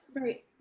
Right